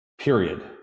Period